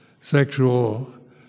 sexual